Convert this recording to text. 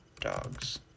dogs